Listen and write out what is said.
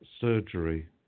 surgery